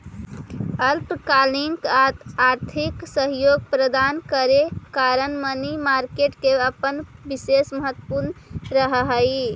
अल्पकालिक आर्थिक सहयोग प्रदान करे कारण मनी मार्केट के अपन विशेष महत्व रहऽ हइ